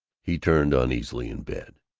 he turned uneasily in bed.